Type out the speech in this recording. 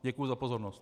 Děkuji za pozornost.